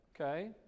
Okay